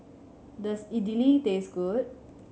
does Idili taste good